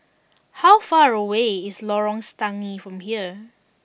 how far away is Lorong Stangee from here